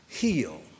Heal